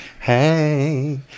hey